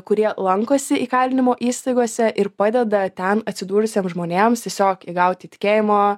kurie lankosi įkalinimo įstaigose ir padeda ten atsidūrusiem žmonėms tiesiog įgauti tikėjimo